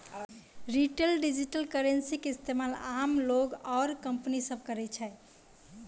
retail digital currency के इस्तेमाल आम लोग आरू कंपनी सब करै छै